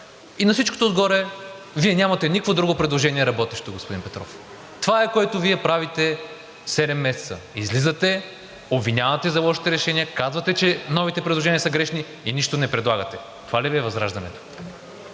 а на всичкото отгоре нямате никакво друго работещо предложение, господин Петров. Това е, което Вие правите седем месеца – излизате, обвинявате за лошите решения, казвате, че новите предложения са грешни, и нищо не предлагате. Това ли Ви е ВЪЗРАЖДАНЕТО?